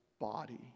body